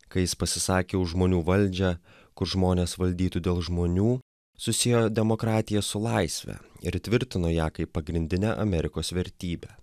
kai jis pasisakė už žmonių valdžią kur žmonės valdytų dėl žmonių susiejo demokratiją su laisve ir tvirtino ją kaip pagrindinę amerikos vertybę